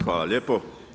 Hvala lijepo.